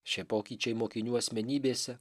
šie pokyčiai mokinių asmenybėse